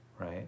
right